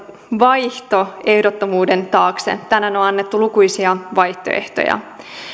vaihtoehdottomuuden taakse tänään on on annettu lukuisia vaihtoehtoja